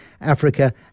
Africa